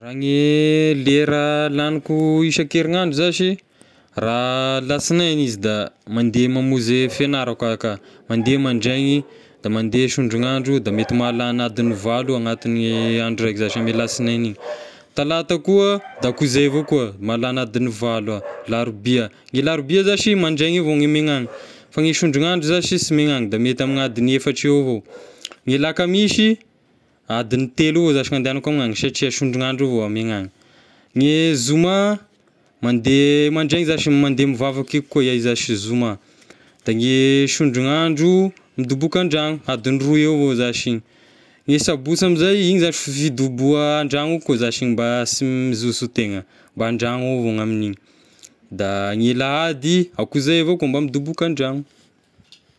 Raha ny lera lagniko isan-kerinandro zashy raha alasignainy izy da mandeha mamonzy fianarako aho ka, mandeha mandraigny da mandeha sondrin'andro da mety mahalagny adin'ny valo ao anatin'ny andro raiky zashy ame alasignainy igny, talata koa da akoa zay avao koa mahalany adin'ny valo aho, larobia, ny larobia zashy mandraigna avao ny megnana fa gne sondrin'andro zashy sy megnana da mety ame adin'ny efatra eo avao, ny lakamisy adin'ny telo eo aho zashy ny handehanako ny agny satria sondrin'andro avao aho megnana, ny zoma mandeha mandraigna zashy mandeha mivavaka eky koa iahy zashy zoma, da gne sondrin'andro midoboka an-dragno adin'ny roy eo avao zashy igny, ny sabosy amizay igny zashy fidoboa an-dragno koa zashy igny mba sy mizoso itegna mba an-dragno ao avao ny amin'igny, da gne lahady akoa zay avao koa mba midoboka an-dragno.